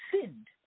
sinned